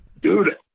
Dude